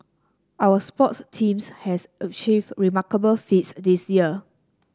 our sports teams has achieved remarkable feats this year